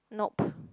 nope